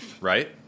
right